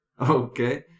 Okay